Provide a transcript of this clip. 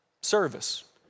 service